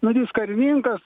ar jis karininkas